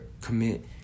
commit